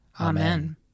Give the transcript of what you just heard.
Amen